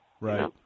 Right